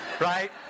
right